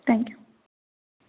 thank you